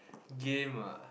game ah